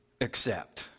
accept